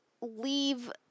leave